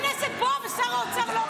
כל הכנסת פה ושר אוצר לא פה.